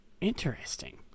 Interesting